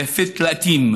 ופתלטים.